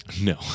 No